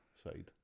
Side